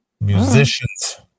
Musicians